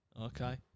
Okay